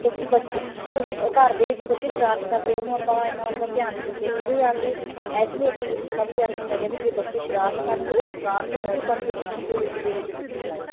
ਕਿਉਂਕਿ ਬੱਚੇ ਕਿਉਂਕਿ ਘਰ ਦੇ ਵਿੱਚ ਬੱਚੇ ਸ਼ਰਾਰਤ ਕਰਦੇ ਉਹਨੂੰ ਆਪਾਂ ਇੰਨਾ ਮਤਲਬ ਧਿਆਨ ਨਹੀਂ ਦਿੱਤੇ ਉਰੇ ਆ ਕੇ ਇਸ ਲਈ ਐਕਟੀਵਿਟੀ ਕਲੱਬ ਤਿਆਰ ਕੀਤਾ ਗਿਆ ਵੀ ਜੇ ਬੱਚੇ ਸ਼ਰਾਰਤ ਕਰਨਗੇ ਉਹ ਸ਼ਰਾਰਤ ਨੂੰ ਵੀ ਕੰਪੀਟੀਸ਼ਨ ਦੇ ਰੂਪ ਦੇ ਵਿੱਚ ਦਿੱਤੀ ਜਾਵੇ